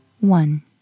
One